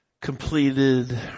completed